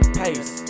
pace